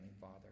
father